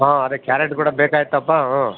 ಹಾಂ ಅದೇ ಕ್ಯಾರೆಟ್ ಕೂಡ ಬೇಕಾಗಿತ್ತಪ್ಪ ಹ್ಞೂ